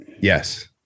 Yes